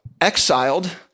exiled